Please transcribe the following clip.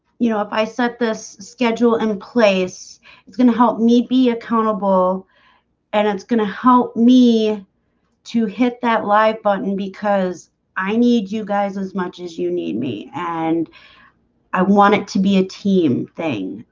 you know if i set this schedule in place it's gonna help me be accountable and it's gonna help me to hit that like button because i need you guys as much as you need me and i want it to be a team thing.